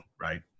right